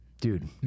Dude